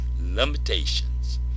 limitations